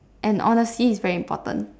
and honesty is very important